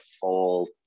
full